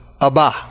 Abba